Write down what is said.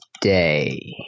Day